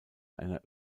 einer